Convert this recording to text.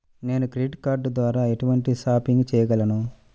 నేను credit card ద్వార ఎటువంటి షాపింగ్ చెయ్యగలను?